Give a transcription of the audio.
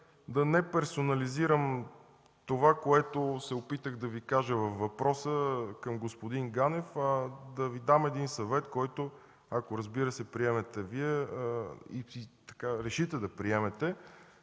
да не персонализирам това, което се опитах да Ви кажа във въпроса към господин Ганев, а да Ви дам един съвет, който, ако разбира се, решите да го приемете,